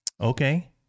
Okay